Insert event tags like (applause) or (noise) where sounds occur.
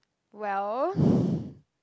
well (laughs)